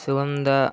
సుగంధ